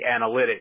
analytics